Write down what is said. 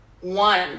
One